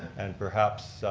and perhaps